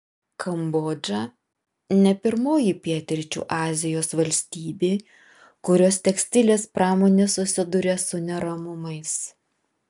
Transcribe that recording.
kambodža ne pirmoji pietryčių azijos valstybė kurios tekstilės pramonė susiduria su neramumais